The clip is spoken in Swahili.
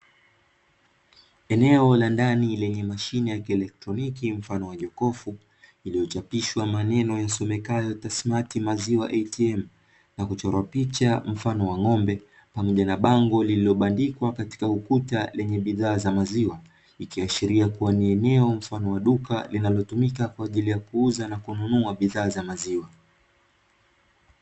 Eneo la ndani lenye mashine ya kielektroniki mfano wa jokofu, iliyochapishwa maneno yasomekayo “TASMART MAZIWA ATM” na kuchorwa picha mfano wa n'gombe, pamoja na bango lilobandikwa katika ukuta lenye bidhaa za maziwa, ikiashiria kuwa ni eneo mfano wa duka linalotumika kwa ajili ya kuuza na kununua bidhaa za maziwa.